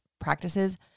practices